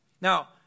Now